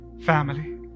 family